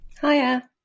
Hiya